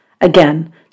Again